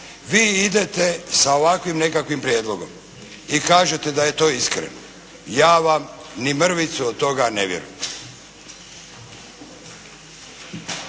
vi idete sa ovakvim nekakvim prijedlogom i kažete da je to iskreno. Ja vam ni mrvicu od toga ne vjerujem.